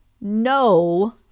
no